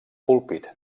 púlpit